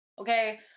okay